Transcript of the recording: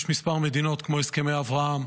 יש כמה מדינות, כמו מדינות הסכמי אברהם,